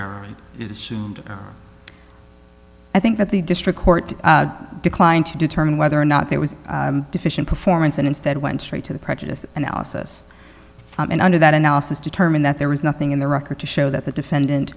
error i think that the district court declined to determine whether or not there was deficient performance and instead went straight to the prejudice analysis and under that analysis determined that there was nothing in the record to show that the defendant